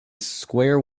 square